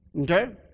Okay